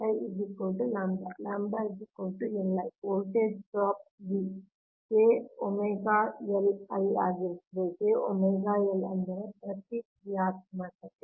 𝝺 𝝺 Li voltage drop v ಆಗಿರುತ್ತದೆ ಅಂದರೆ ಪ್ರತಿಕ್ರಿಯಾತ್ಮಕತೆ